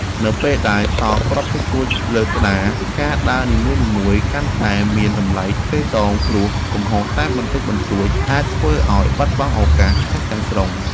នៅពេលដែលសល់គ្រាប់តិចតួចលើក្តារការដើរនីមួយៗកាន់តែមានតម្លៃទ្វេដងព្រោះកំហុសតែបន្តិចបន្តួចអាចធ្វើឱ្យបាត់បង់ឱកាសឈ្នះទាំងស្រុង។